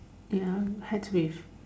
ya hacks with